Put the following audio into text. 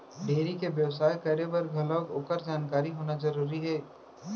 dairy के बेवसाय करे बर घलौ ओकर जानकारी होना जरूरी हे